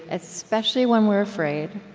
especially when we're afraid.